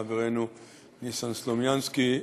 חברינו ניסן סלומינסקי,